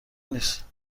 نیست